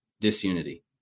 disunity